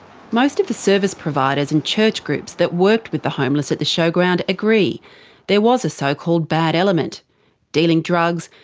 most of the service providers and church groups that worked with the homeless at the showground agree there was a so-called bad element dealing drugs,